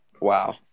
Wow